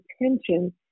attention